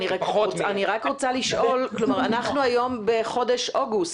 אני רק רוצה לשאול אנחנו היום בחודש אוגוסט,